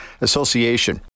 Association